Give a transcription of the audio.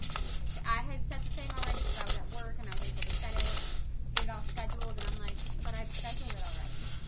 i had set the thing already cuz i was at work and i was able to set it and get it off scheduled and i'm like but i've scheduled it already